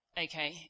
okay